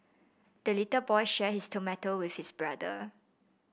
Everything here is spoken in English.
the little boy shared his tomato with his brother